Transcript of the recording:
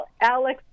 Alex